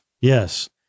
Yes